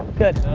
good.